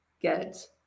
get